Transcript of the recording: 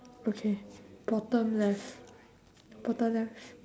okay bottom left bottom left